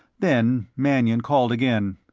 then mannion called again.